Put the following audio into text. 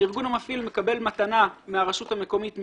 הארגון המפעיל מקבל מתנה מהרשות המקומית מבנה,